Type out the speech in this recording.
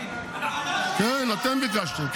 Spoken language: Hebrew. כן, אתם ביקשתם.